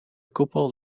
koepel